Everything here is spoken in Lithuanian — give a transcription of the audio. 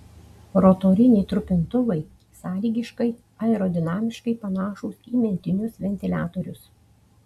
rotoriniai trupintuvai sąlygiškai aerodinamiškai panašūs į mentinius ventiliatorius